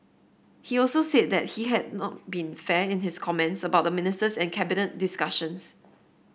he also said that he had not been fair in his comments about the ministers and Cabinet discussions